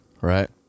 Right